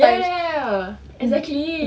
ya ya ya exactly